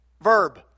Verb